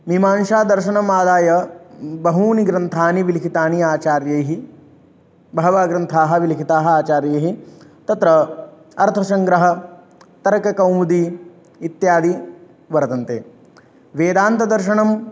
मिमांसादर्शनमादाय बहूनि ग्रन्थानि विलिखितानि आचार्यैः बहवः ग्रन्थाः अपि लिखिताः आचार्यैः तत्र अर्थसङ्ग्रहः तर्ककौमुदी इत्यादि वर्तन्ते वेदान्तदर्शनम्